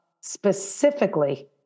specifically